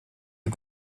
you